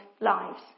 lives